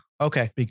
Okay